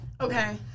Okay